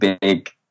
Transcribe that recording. big